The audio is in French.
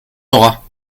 aura